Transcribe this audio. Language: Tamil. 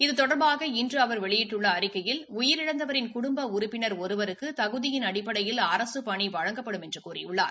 இது தொடர்பாக இன்று அவர் வெளியிட்டுள்ள அறிக்கையில் உயிரிழந்தவரின் குடும்ப உறுப்பினர் ஒருவருக்கு தகுதியின் அடிப்படையில் அரசுப்பணி வழங்கப்படும் என்று கூறியுள்ளார்